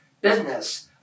business